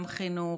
גם חינוך,